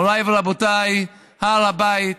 מוריי ורבותיי, הר הבית,